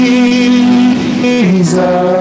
Jesus